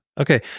Okay